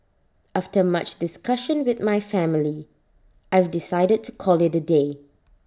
after much discussion with my family I've decided to call IT A day